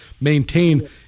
maintain